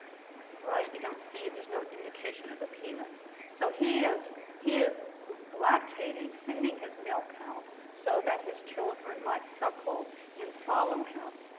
right? you don't see there's no indication of a penis. so he is he is lactating, sending his milk out, so that his children might suckle and follow him.